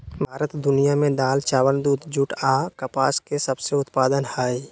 भारत दुनिया में दाल, चावल, दूध, जूट आ कपास के सबसे उत्पादन हइ